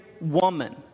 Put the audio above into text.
woman